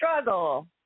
struggle